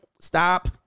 Stop